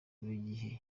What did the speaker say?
buri